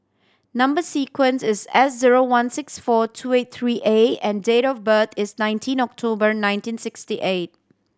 number sequence is S zero one six four two eight three A and date of birth is nineteen October nineteen sixty eight